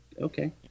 okay